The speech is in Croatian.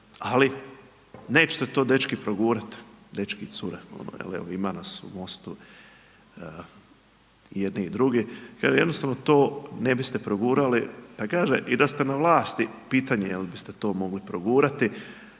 ali nećete to dečki progurati, dečki i cure, jel evo ima nas u MOST-u i jednih i drugih, kaže jednostavno to ne biste progurali, pa kaže i da ste na vlasti, pitanje je li biste to mogli progurati.